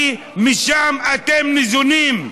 כי משם אתם ניזונים.